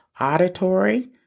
auditory